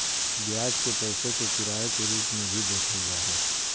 ब्याज के पैसे के किराए के रूप में भी देखल जा हइ